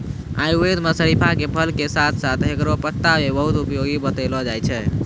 आयुर्वेद मं शरीफा के फल के साथं साथं हेकरो पत्ता भी बहुत उपयोगी बतैलो जाय छै